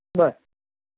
बर